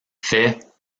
fait